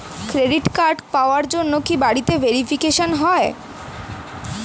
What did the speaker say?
Credit card পাওয়ার জন্য কি বাড়িতে ভেরিফিকেশন হয়?